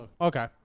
Okay